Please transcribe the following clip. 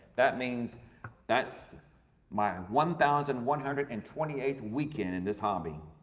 that means that's my one thousand one hundred and twenty eight weekend in this hobby.